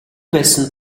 байсан